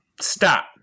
stop